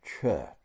church